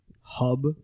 hub